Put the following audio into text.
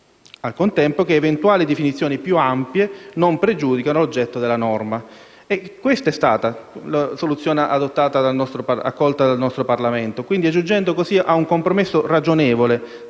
al contempo che eventuali definizioni più ampie non pregiudicano l'oggetto della norma. Tale è stata la soluzione accolta dal Parlamento, così giungendo ad un compromesso ragionevole